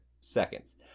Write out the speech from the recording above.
seconds